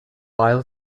aisle